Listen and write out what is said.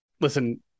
listen